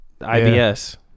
ibs